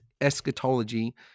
eschatology